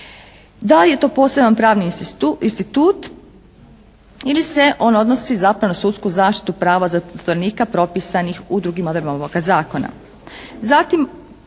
da je to poseban pravni institut ili se on odnosi zapravo na sudsku zaštitu prava zatvorenika propisanih u drugim odredbama ovoga zakona.